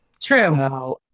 True